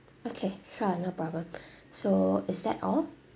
okay sure no problem so is that all